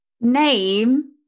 Name